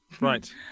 right